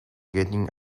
getting